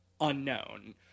unknown